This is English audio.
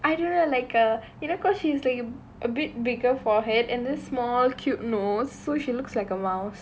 I don't know like a you know because she's like a bit bigger forehead and the small cute nose so she looks like a mouse